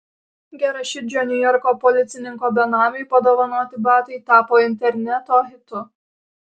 geraširdžio niujorko policininko benamiui padovanoti batai tapo interneto hitu